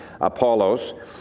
Apollos